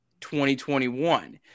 2021